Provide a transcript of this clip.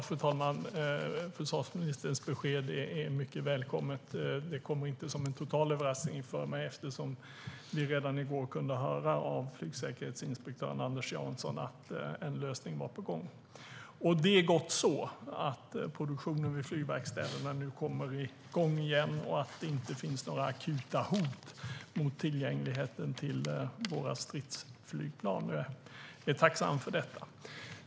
Fru talman! Försvarsministerns besked är mycket välkommet. Det kommer inte som någon total överraskning för mig, eftersom vi redan i går kunde höra av flygsäkerhetsinspektör Anders Janson att en lösning var på gång. Det är gott att produktionen vid flygverkstäderna nu kommer igång igen och att det inte finns några akuta hot mot tillgängligheten till våra stridsflygplan. Jag är tacksam för detta.